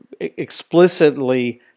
explicitly